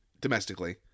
domestically